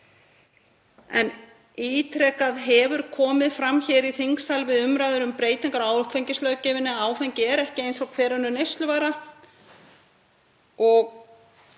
Ítrekað hefur komið fram hér í þingsal við umræður um breytingar á áfengislöggjöfinni að áfengi er ekki eins og hver önnur neysluvara.